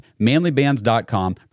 manlybands.com